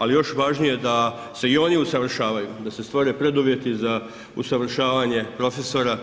Ali je još važnije da se i oni usavršavaju, da se stvore preduvjeti za usavršavanje profesora,